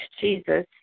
Jesus